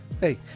Hey